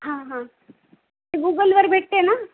हां हां ते गूगलवर भेटते ना